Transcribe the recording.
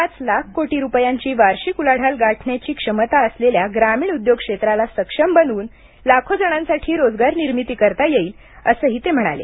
पाच लाख कोटी रुपयांची वार्षिक उलाढाल गाठण्याची क्षमता असलेल्या ग्रामीण उद्योग क्षेत्राला सक्षम बनवून लाखो जणांसाठी रोजगार निर्मिती करता येईल असेही ते म्हणाले